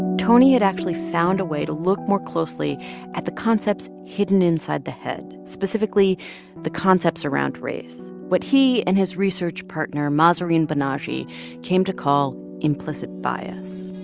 tony had actually found a way to look more closely at the concepts hidden inside the head, specifically the concepts around race, what he and his research partner mahzarin banaji came to call implicit bias